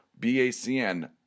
BACN